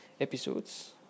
episodes